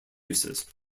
uses